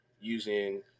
using